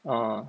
uh